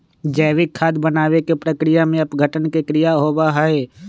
जैविक खाद बनावे के प्रक्रिया में अपघटन के क्रिया होबा हई